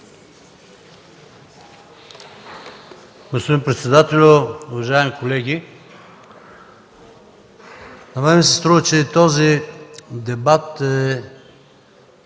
Господин председател, уважаеми колеги! На мен ми се струва, че този дебат е